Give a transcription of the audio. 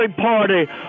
party